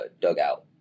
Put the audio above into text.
dugout